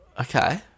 okay